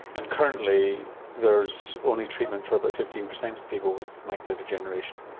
and currently there's only treatment for about fifteen percent of people with macular degeneration.